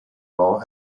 law